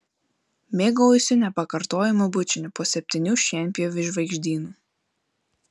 mėgaujuosi nepakartojamu bučiniu po septynių šienpjovių žvaigždynu